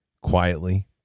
quietly